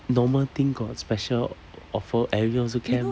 normal thing got special offer everyone also camp